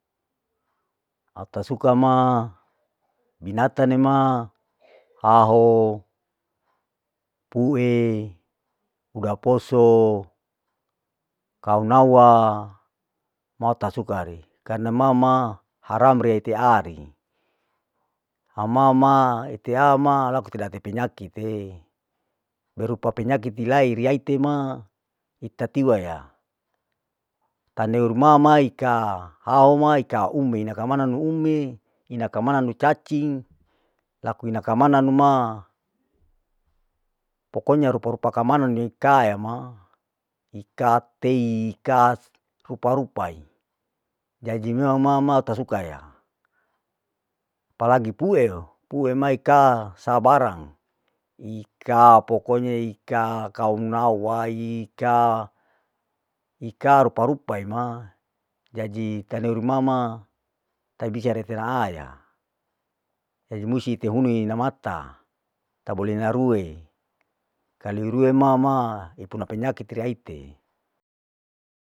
Au tasuka ma binatane ma haho, puw'e, uda poso, kaunawa au tasuka re, karna mama, haram re teari, haumama ite ari laku ite date penyakite, berupa penyakit ilai riyaite ma itati waya, taneu ruma maika, au maika ume ina kamanu ume, ina kamananu cacing, laku ina kamananu ma pokonya rupa rupa kamananu ni kaema, pokonya rupa rupa kamananu ikaeka ma. mika teikas rupa rupaei, jadi ma ma ma tasuka ya, apalagi pueu, pue maika sabarang, ika pokonya ika kau munawai ka, ika rupa rupa ima. jadi kau bisa imama tai bisa retera aya, he musti tehune namata, tabole naruwe kalu irue ma ma ipuna penyakit riya aite.'